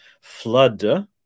Flood